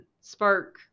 spark